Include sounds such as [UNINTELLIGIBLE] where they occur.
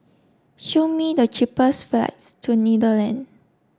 show me the cheapest flights to [UNINTELLIGIBLE]